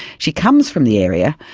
she comes from the area,